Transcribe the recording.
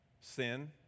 sin